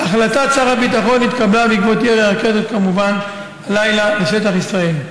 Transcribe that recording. החלטת שר הביטחון התקבלה כמובן בעקבות ירי הרקטות הלילה לשטח ישראל.